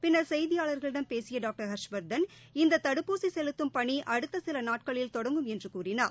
பின்னர் செய்தியாளர்களிடம் பேசிய டாக்டர் ஹர்ஷ்வர்தன் இந்த தடுப்பூசி செலுத்தம் பணி அடுத்த சில நாட்களில் தொடங்கும் என்று கூறினார்